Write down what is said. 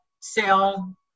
sell